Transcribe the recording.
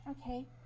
Okay